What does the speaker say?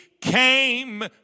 came